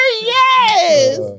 Yes